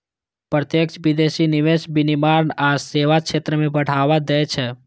प्रत्यक्ष विदेशी निवेश विनिर्माण आ सेवा क्षेत्र कें बढ़ावा दै छै